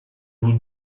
vous